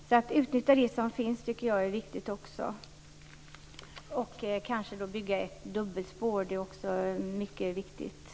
Jag tycker alltså att det är viktigt att utnyttja det som finns och kanske bygga ett dubbelspår upp mot Trollhättan.